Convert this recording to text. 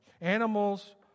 Animals